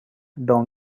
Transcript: down